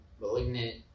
malignant